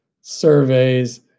surveys